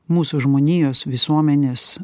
mūsų žmonijos visuomenės